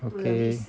okay